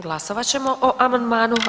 Glasovat ćemo o amandmanu.